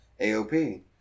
AOP